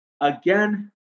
again